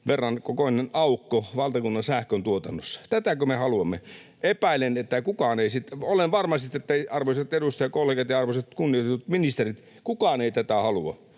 kolmosen kokoinen aukko valtakunnan sähköntuotannossa. Tätäkö me haluamme? Epäilen, että kukaan ei sitä... Olen varma siitä, arvoisat edustajakollegat ja arvostetut, kunnioitetut ministerit, ettei kukaan tätä halua.